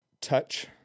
Touch